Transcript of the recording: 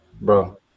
bro